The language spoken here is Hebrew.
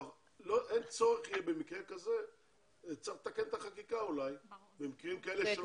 אולי צריך לתקן את החקיקה לגבי מקרים כאלה של